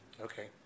Okay